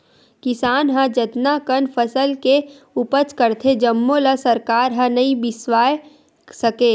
किसान ह जतना कन फसल के उपज करथे जम्मो ल सरकार ह नइ बिसावय सके